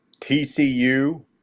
TCU